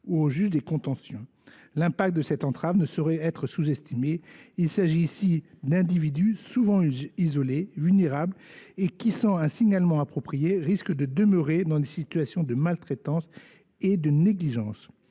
protection. Les conséquences d’une telle entrave ne sauraient être sous estimées, s’agissant d’individus souvent isolés, vulnérables et qui, sans un signalement approprié, risquent de demeurer dans des situations de maltraitance et de négligence.